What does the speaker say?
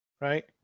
right